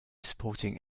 supporting